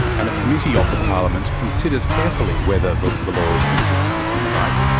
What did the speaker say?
and a committee of the parliament considers carefully whether the the law is consistent with human rights,